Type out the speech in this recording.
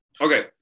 okay